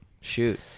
shoot